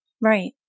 Right